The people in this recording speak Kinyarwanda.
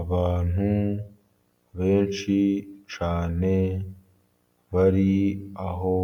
Abantu benshi cyane bari aho